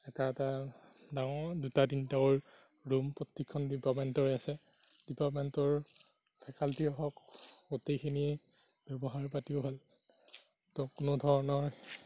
এটা এটা ডাঙৰ দুটা তিনিটাও ৰুম প্ৰত্যেকখন ডিপাৰ্টমেণ্টৰে আছে ডিপাৰ্টমেণ্টৰ ফেকাল্টিয়েই হওক গোটেইখিনিৰ ব্য়ৱহাৰ পাতিও ভাল তাত কোনোধৰণৰ